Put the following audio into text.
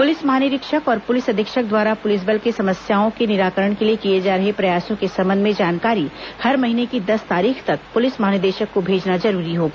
police महानिरीक्षक और police अधीक्षक द्वारा पुलिस बल के समस्याओं के निराकरण के लिए किए जा रहे प्रयासों के संबंध में जानकारी हर महीने की दस तारीख तक पुलिस महानिदेशक को भेजना जरूरी होगा